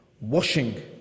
Washing